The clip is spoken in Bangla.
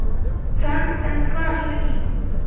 ফান্ড ট্রান্সফার আসলে কী?